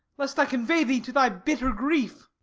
lest i convey thee to thy bitter grief.